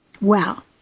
Wow